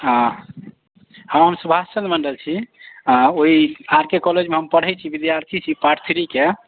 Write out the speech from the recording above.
हँ हम सुभाषचंद्र मण्डल छी आ ओ आर के कॉलेजमे हम पढ़ैत छी विद्यार्थी छी पार्ट थ्रीके